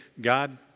God